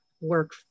work